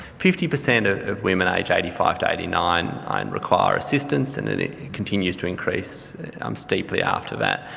fifty per cent ah of women aged eighty five to eighty nine require assistance. and it continues to increase um steeply after that.